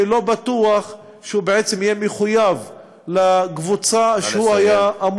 שלא בטוח שהוא יהיה מחויב לקבוצה שהוא היה,